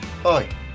Hi